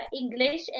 English